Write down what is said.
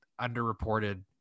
underreported